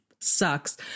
Sucks